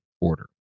order